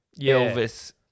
Elvis